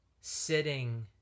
sitting